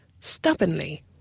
stubbornly